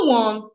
one